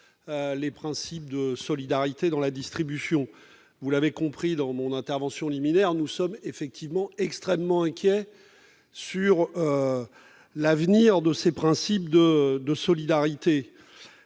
les principes de solidarité dans la distribution. Comme je l'ai souligné dans mon intervention liminaire, nous sommes extrêmement inquiets quant à l'avenir de ces principes de solidarité.